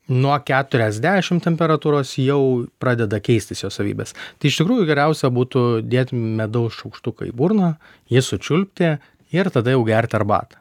nuo keturiasdešim temperatūros jau pradeda keistis jo savybės tai iš tikrųjų geriausia būtų dėt medaus šaukštuką į burną jį sučiulpti ir tada jau gerti arbatą